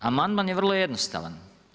Amandman je vrlo jednostavan.